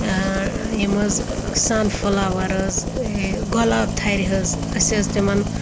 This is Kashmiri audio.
یِم حظ سَن فٕلاوَس حظ گۄلاب تھَرِ حظ أسۍ حظ تِمَن